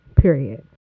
Period